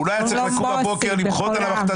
הוא לא היה צריך לקום בבוקר למחות על המכתזיות,